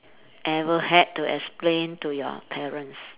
ever had to explain to your parents